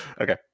Okay